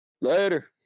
Later